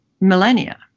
millennia